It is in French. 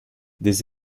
des